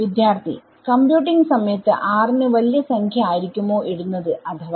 വിദ്യാർത്ഥി കമ്പ്യൂട്ടിങ് സമയത്ത് r ന് വലിയ സംഖ്യ ആയിരിക്കുമോ ഇടുന്നത് അഥവാ